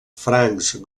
francs